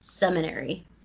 seminary